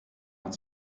hat